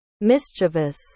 mischievous